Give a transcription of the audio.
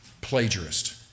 Plagiarist